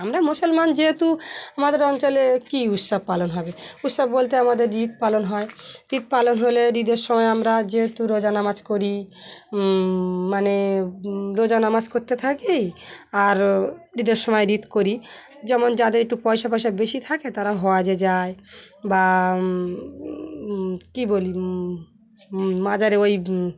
আমরা মুসলমান যেহেতু আমাদের অঞ্চলে কী উৎসব পালন হবে উৎসব বলতে আমাদের ঈদ পালন হয় ঈদ পালন হলে ঈদের সময় আমরা যেহেতু রোজা নামাজ করি মানে রোজা নামাজ করতে থাকি আর ঈদের সময় ঈদ করি যেমন যাদের একটু পয়সা পয়সা বেশি থাকে তারা হওয়াজে যায় বা কী বলি মাজারে ওই